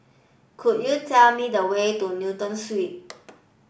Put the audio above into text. could you tell me the way to Newton Suites